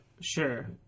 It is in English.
Sure